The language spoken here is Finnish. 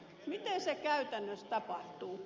miten se käytännössä tapahtuu